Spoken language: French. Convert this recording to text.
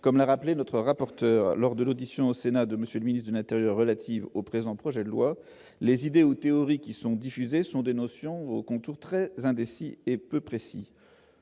comme l'a rappelé, notre rapporteur lors de l'audition au Sénat de monsieur le ministre de l'Intérieur relatives au présent projet de loi les idéaux théories qui sont diffusés sont des notions aux contours très indécis et peu précis,